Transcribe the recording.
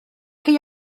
chi